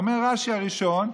אומר רש"י הראשון: